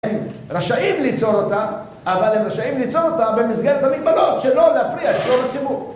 הם רשאים ליצור אותה, אבל הם רשאים ליצור אותה במסגרת המגבלות שלא להפריע את שלום הציבור